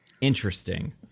Interesting